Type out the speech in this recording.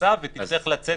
תני להם לענות.